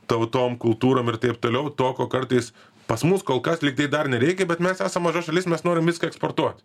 tautom kultūrom ir taip toliau to ko kartais pas mus kol kas lyg tai dar nereikia bet mes esam maža šalis mes norim viską eksportuot